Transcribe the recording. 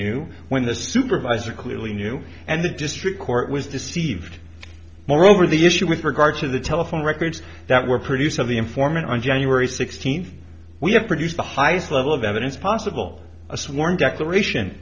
knew when the supervisor clearly knew and the district court was deceived moreover the issue with regard to the telephone records that were produced on the informant on january sixteenth we have produced the highest level of evidence possible a sworn declaration